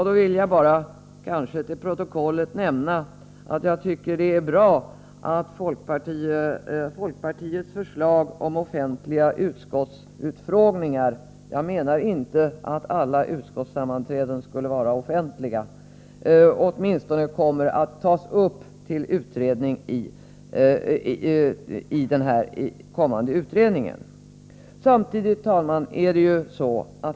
Då vill jag bara nämna, för att det skall komma med i protokollet, att jag tycker att det är bra att folkpartiets förslag om offentliga utskottsutfrågningar — jag menar inte att Vissa frågor på det Vissa frågor på det alla utskottssammanträden skall vara offentliga — åtminstone kommer att tas upp i den kommande utredningen. Herr talman!